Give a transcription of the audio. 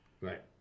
Right